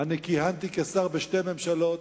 אני כיהנתי כשר בשתי ממשלות,